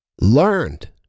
learned